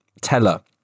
Teller